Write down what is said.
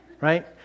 right